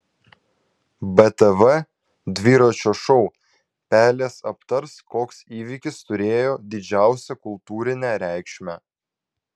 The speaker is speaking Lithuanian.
btv dviračio šou pelės aptars koks įvykis turėjo didžiausią kultūrinę reikšmę